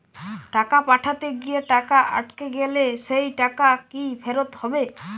টাকা পাঠাতে গিয়ে টাকা আটকে গেলে সেই টাকা কি ফেরত হবে?